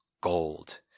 gold